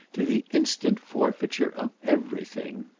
to the instant forfeiture of everything.